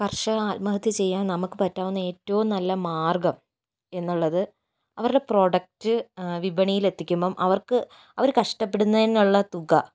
കർഷകർ ആത്മഹത്യ ചെയ്യുന്നതിന് നമുക്ക് പറ്റാവുന്ന ഏറ്റവും നല്ല മാർഗം എന്നുള്ളത് അവരുടെ പ്രൊഡക്റ്റ് വിപണിയിൽ എത്തിക്കുമ്പോൾ അവർക്ക് അവര് കഷ്ടപ്പെടുന്നതിനുള്ള തുക